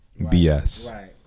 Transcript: bs